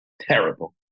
terrible